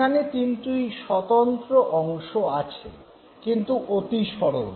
এখানে তিনটি স্বতন্ত্র অংশ আছে কিন্তু অতি সরল